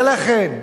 ולכן,